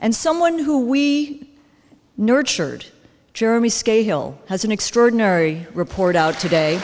and someone who we nurtured jeremy scahill has an extraordinary report out today